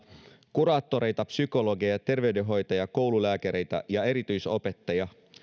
kuraattoreita psykologeja terveydenhoitajia koululääkäreitä ja erityisopettajia